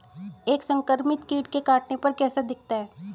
एक संक्रमित कीट के काटने पर कैसा दिखता है?